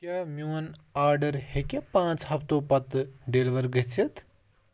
کیٛاہ میٛون آرڈر ہٮ۪کیٛاہ پانٛژھ ہفتو پَتہٕ ڈَیلوَر گٔژھِتھ